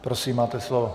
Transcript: Prosím, máte slovo.